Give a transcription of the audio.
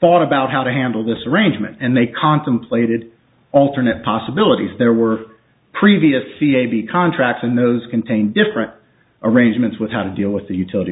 thought about how to handle this arrangement and they contemplated alternate possibilities there were previous c a b g contracts and those contain different arrangements with how to deal with the utility